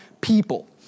people